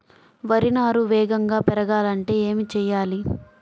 వరి నారు వేగంగా పెరగాలంటే ఏమి చెయ్యాలి?